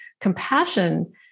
compassion